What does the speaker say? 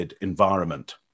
environment